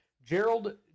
Gerald